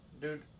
Dude